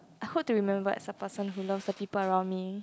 I hope to remembered as a person who loves the people around me